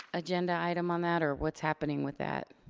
agenda item on that, or what's happening with that?